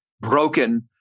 broken